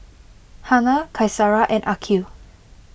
Hana Qaisara and Aqil